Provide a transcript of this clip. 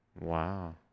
Wow